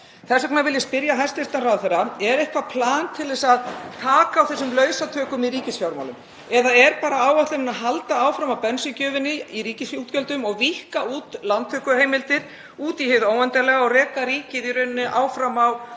Þess vegna vil ég spyrja hæstv. ráðherra: Er eitthvert plan til að taka á þessum lausatökum í ríkisfjármálum eða er áætlunin bara að halda áfram á bensíngjöfinni í ríkisútgjöldum og víkka út lántökuheimildir út í hið óendanlega og reka ríkið í rauninni áfram á